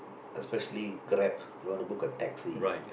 especially Grab they want to book a taxi